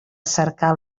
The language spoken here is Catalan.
cercar